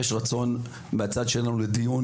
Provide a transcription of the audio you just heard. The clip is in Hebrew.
לניהול דיון,